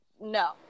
no